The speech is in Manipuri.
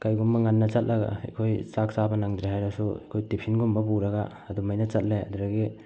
ꯀꯔꯤꯒꯨꯝꯕ ꯉꯟꯅ ꯆꯠꯂꯒ ꯑꯩꯈꯣꯏ ꯆꯥꯛ ꯆꯥꯕ ꯅꯪꯗ꯭ꯔꯦ ꯍꯥꯏꯔꯁꯨ ꯑꯩꯈꯣꯏ ꯇꯤꯐꯤꯟꯒꯨꯝꯕ ꯄꯨꯔꯒ ꯑꯗꯨꯃꯥꯏꯅ ꯆꯠꯂꯦ ꯑꯗꯨꯗꯒꯤ